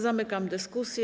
Zamykam dyskusję.